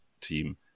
team